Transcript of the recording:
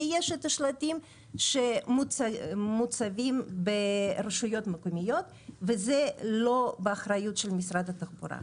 ויש את השלטים שמוצבים ברשויות מקומיות וזה לא באחריות של משרד התחבורה.